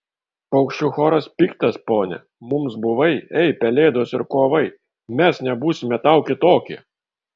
paukščių choras piktas pone mums buvai ei pelėdos ir kovai mes nebūsime tau kitokie